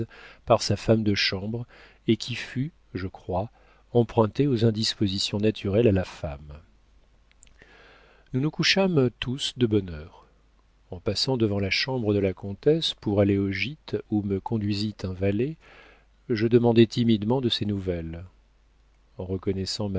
par sa femme de chambre et qui fut je crois empruntée aux indispositions naturelles à la femme nous nous couchâmes tous de bonne heure en passant devant la chambre de la comtesse pour aller au gîte où me conduisit un valet je demandai timidement de ses nouvelles en reconnaissant